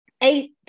eight